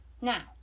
Now